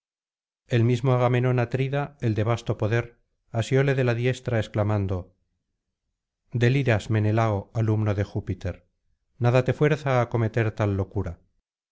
el mismo agamenón atrida el de vasto poder asióle de la diestra exclamando de liras menelao alumno de júpiter nada te fuerza á cometer tal locura